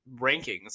rankings